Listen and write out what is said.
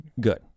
Good